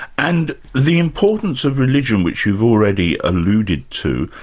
and the importance of religion, which you've already alluded to,